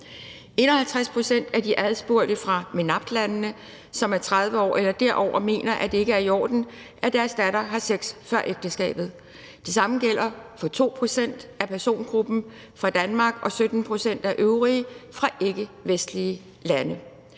51 pct. af de adspurgte fra MENAPT-landene, som er 30 år eller derover, mener, at det ikke er i orden, at deres datter har sex før ægteskabet. Det samme gælder for 2 pct. af persongruppen fra Danmark og for 17 pct. af øvrige personer fra ikkevestlige lande.